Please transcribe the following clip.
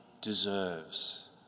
deserves